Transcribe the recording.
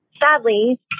sadly